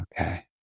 Okay